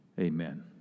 Amen